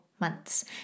months